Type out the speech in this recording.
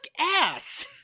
ass